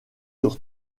sur